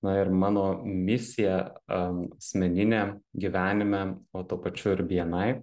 na ir mano misija a asmeninė gyvenime o tuo pačiu ir bni